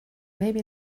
maybe